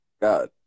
God